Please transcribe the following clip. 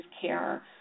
care